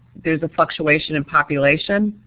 there's a fluctuation in population?